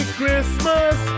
Christmas